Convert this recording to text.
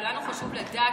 ולנו חשוב לדעת,